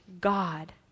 God